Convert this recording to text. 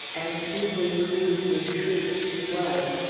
and deeply grieved, in truth, she was.